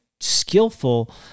skillful